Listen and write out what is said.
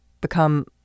become